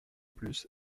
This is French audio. plus